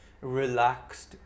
relaxed